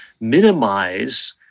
minimize